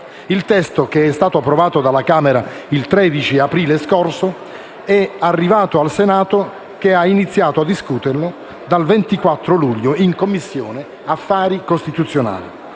Il testo, approvato dalla Camera il 13 aprile scorso, è arrivato al Senato, che ha iniziato a discuterlo in Commissione affari costituzionali